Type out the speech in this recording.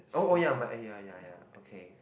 oh oh ya mine eh ya ya ya okay